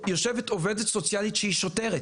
יושבת עובדת סוציאלית, שהיא שוטרת,